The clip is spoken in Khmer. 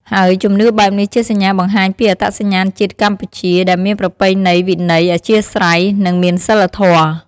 ហើយជំនឿបែបនេះជាសញ្ញាបង្ហាញពីអត្តសញ្ញាណជាតិកម្ពុជាដែលមានប្រពៃណីវិន័យ អធ្យាស្រ័យ និងមានសីលធម៌។